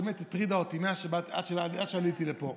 שבאמת הטרידה אותי עד שעליתי לפה.